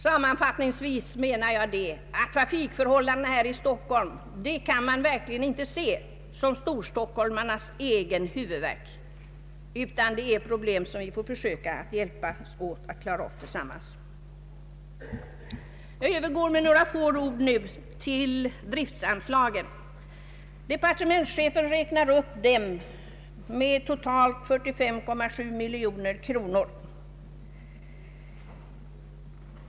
Sammanfattningsvis menar jag att trafikförhållandena här i Stockholm verkligen inte kan ses som storstockholmarnas egen huvudvärk. Det är problem som vi får hjälpas åt att klara upp tillsammans. Jag övergår till att med några ord beröra driftsanslagen. Departementschefen räknar upp dem med totalt 45,7 miljoner kronor.